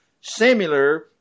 similar